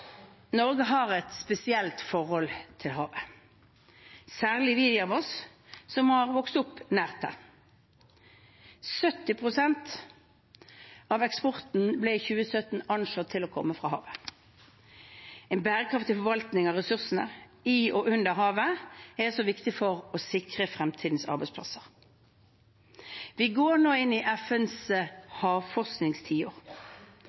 Norge har et spesielt forhold til havet, særlig de av oss som har vokst opp nær det. 70 pst. av eksporten ble i 2017 anslått å komme fra havet. En bærekraftig forvaltning av ressursene i og under havet er også viktig for å sikre fremtidens arbeidsplasser. Vi går nå inn i FNs